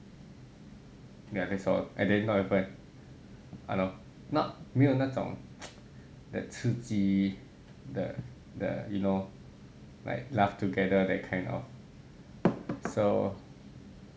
yeah that's all and then don't have like not 没有那种 that 刺激的的 you know like laugh together that kind of so